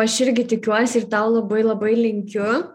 aš irgi tikiuosi ir tau labai labai linkiu